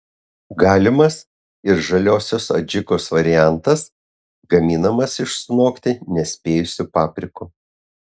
galimas ir žaliosios adžikos variantas gaminamas iš sunokti nespėjusių paprikų